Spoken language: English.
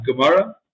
Gemara